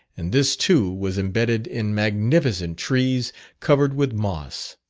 and this too was imbedded in magnificent trees covered with moss.